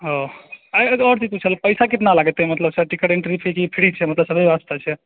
ओह आइ एगो आओर चीज पूछल पैसा कितना लागतै मतलब सब चीज करेन्ट होइ छै जे फ्री छै मतलब सबे बास्ते छै